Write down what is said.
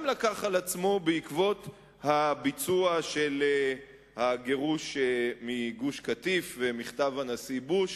לקח על עצמו בעקבות הביצוע של הגירוש מגוש-קטיף ומכתב הנשיא בוש.